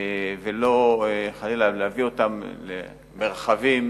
ולא חלילה להביא אותם למרחבים